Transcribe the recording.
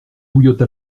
bouillotte